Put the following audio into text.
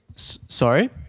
Sorry